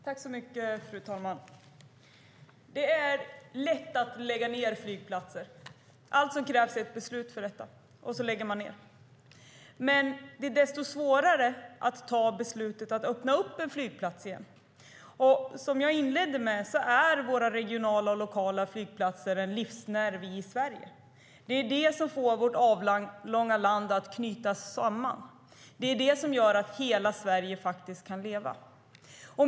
Fru talman! Det är lätt att lägga ned flygplatser. Allt som krävs är ett beslut om detta - och så lägger man ned. Det är desto svårare att ta beslutet att öppna en flygplats igen. Som jag inledde med att säga är våra regionala och lokala flygplatser en livsnerv i Sverige. Det är de som får vårt avlånga land att knytas samman. Det är de som gör att hela Sverige kan leva.